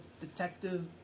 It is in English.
detective